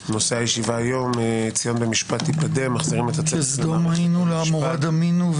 נושא הישיבה: ציון במשפט תיפדה- -- כסדום היינו לעמורה דמינו.